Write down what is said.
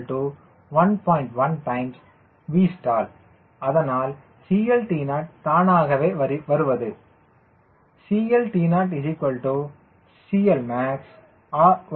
1Vstall அதனால் CLTO தானாகவே வருவது CLTO CLmax1